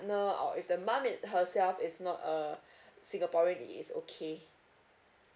or if the mum herself is not a singaporean it's okay